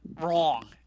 wrong